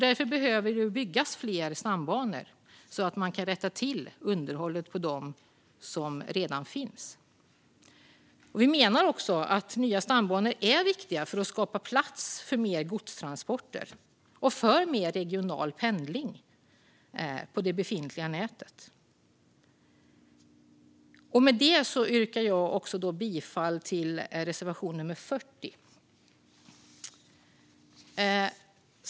Det behöver byggas fler stambanor, så att man också kan underhålla dem som redan finns. Vi menar att nya stambanor är viktiga också för att skapa plats för mer godstransporter och för mer regional pendling på det befintliga nätet. Med det yrkar jag bifall också till reservation nummer 40.